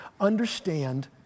understand